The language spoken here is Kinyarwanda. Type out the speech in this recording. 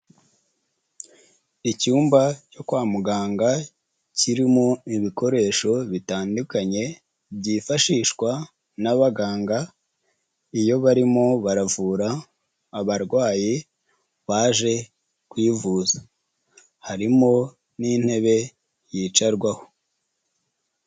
Icyumba cyo kwa muganga kirimo ibikoresho bitandukanye, byifashishwa n'abaganga, iyo barimo baravura abarwayi baje kuyivuza. Harimo n'intebe yicarwaho.